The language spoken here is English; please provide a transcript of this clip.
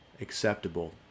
acceptable